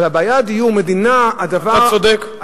אתה צודק.